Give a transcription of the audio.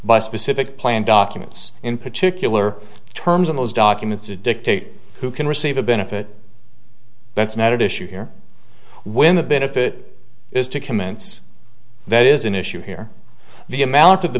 by specific plan documents in particular terms in those documents to dictate who can receive a benefit that's not an issue here when the benefit is to commence that is an issue here the amount of the